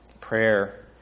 prayer